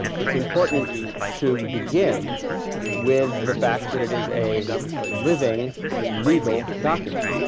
and it's important to begin with the fact that it is a living legal document.